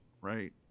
right